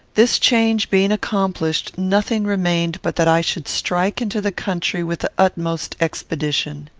this change being accomplished, nothing remained but that i should strike into the country with the utmost expedition.